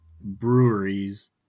breweries